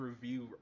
review